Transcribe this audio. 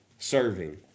serving